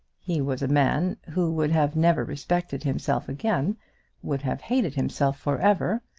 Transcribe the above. he was a man who would have never respected himself again would have hated himself for ever,